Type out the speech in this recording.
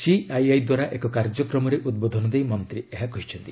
CII ଦ୍ୱାରା ଏକ କାର୍ଯ୍ୟକ୍ରମରେ ଉଦ୍ବୋଧନ ଦେଇ ମନ୍ତ୍ରୀ ଏହା କହିଛନ୍ତି